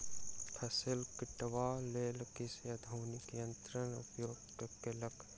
फसिल कटबाक लेल कृषक आधुनिक यन्त्रक उपयोग केलक